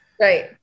right